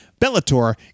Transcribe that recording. Bellator